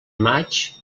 maig